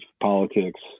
politics